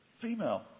female